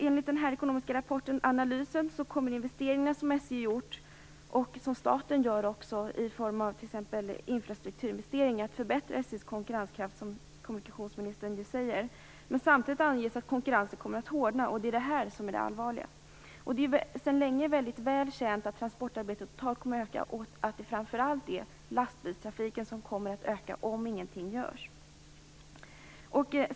Enligt den ekonomiska rapporten kommer investeringarna som SJ gjort, och som staten gör i form av t.ex. infrastrukturinvesteringar, att förbättra SJ:s konkurrenskraft, som kommunikationsministern säger. Samtidigt anges att konkurrensen kommer att hårdna. Det är detta som är det allvarliga. Det är sedan länge väl känt att transporterna totalt kommer att öka och att det framför allt är lastbilstrafiken som kommer att öka om ingenting görs.